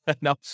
No